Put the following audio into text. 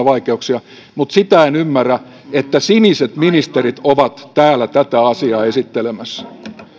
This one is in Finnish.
vaikeuksia mutta sitä en ymmärrä että siniset ministerit ovat täällä tätä asiaa esittelemässä